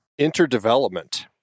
Interdevelopment